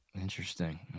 Interesting